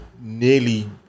nearly